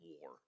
war